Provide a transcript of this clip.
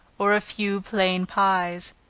or a few plain pies.